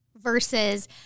versus